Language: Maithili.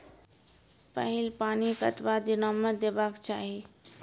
पहिल पानि कतबा दिनो म देबाक चाही?